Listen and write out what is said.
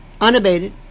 unabated